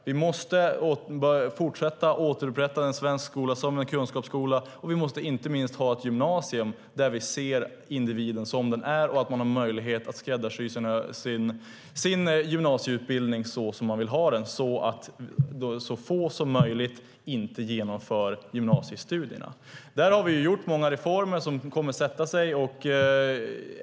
Vi måste återupprätta den svenska skolan som en kunskapsskola, och vi måste inte minst ha ett gymnasium där vi ser individen som han eller hon är och där man har möjlighet att skräddarsy sin gymnasieutbildning som man vill ha den, så att så få som möjligt inte slutför gymnasiestudierna. Där har vi gjort många reformer som kommer att sätta sig.